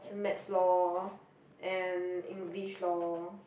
same math lor and English lor